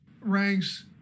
ranks